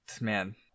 man